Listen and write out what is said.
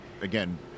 again –